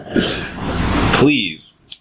Please